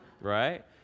Right